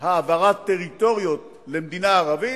העברת טריטוריות למדינה ערבית,